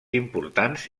importants